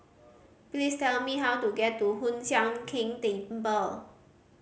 please tell me how to get to Hoon Sian Keng Temple